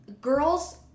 girls